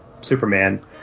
Superman